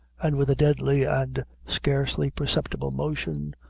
and with a deadly and scarcely perceptible motion,